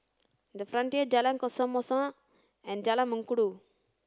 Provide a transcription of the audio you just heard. the Frontier Jalan Kesoma and Jalan Mengkudu